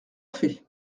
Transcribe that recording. fait